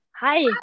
Hi